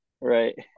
Right